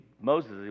Moses